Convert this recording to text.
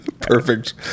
Perfect